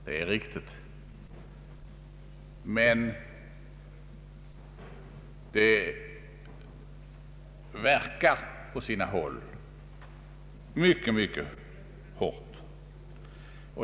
Det är riktigt, men de verkar icke desto mindre på sina håll mycket hårt.